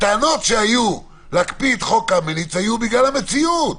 הטענות שהיו להקפיא את חוק קמיניץ היו בגלל המציאות.